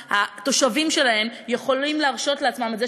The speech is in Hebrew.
שהתושבים שלהן יכולים להרשות לעצמם את זה,